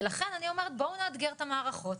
לכן אני אומרת בואו נאתגר את המערכות